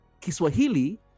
kiswahili